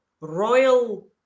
royal